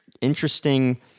interesting